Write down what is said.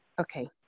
Okay